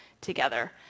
together